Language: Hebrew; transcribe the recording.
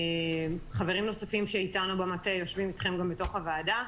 חברים נוספים שאיתנו במטה יושבים איתכם גם בתוך הוועדה.